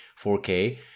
4K